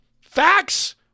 facts